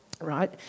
Right